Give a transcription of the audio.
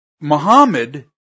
muhammad